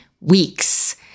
weeks